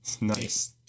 nice